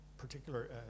particular